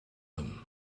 them